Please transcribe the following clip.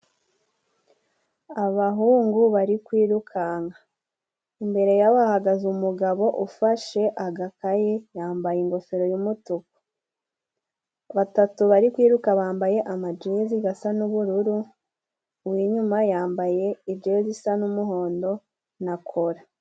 Abahungu bari kwirukanka. Imbere yabo hahagaze umugabo ufashe agakaye yambaye ingofero y'umutuku. Batatu bari kwiruka bambaye amajezi gasa n'ubururu, uw'inyuma yambaye ijezi isa n'umuhondo na kola.